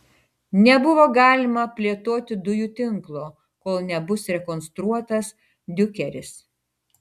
nebuvo galima plėtoti dujų tinklo kol nebus rekonstruotas diukeris